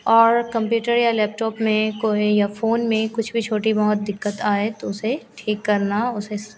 और कम्प्यूटर या लैपटॉप में कोई या फ़ोन में कुछ भी छोटी बहुत दिक्कत आए तो उसे ठीक करना उसे